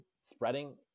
spreading